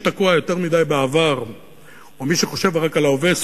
הוא אמר שמי שתקוע יותר מדי בעבר ומי שחושב רק על ההווה,